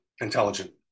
intelligent